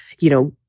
you know,